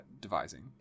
devising